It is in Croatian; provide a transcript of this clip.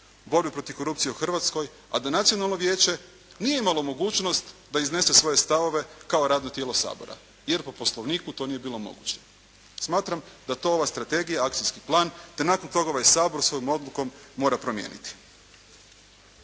borbi protiv korupcije u Hrvatskoj, a da Nacionalno vijeće nije imalo mogućnost da iznese svoje stavove kao radno tijelo Sabora, jer po Poslovniku to nije bilo moguće. Smatram da to ova strategija, akcijski plan te nakon toga ovaj Sabor svojom odlukom mora promijeniti.